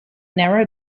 narrow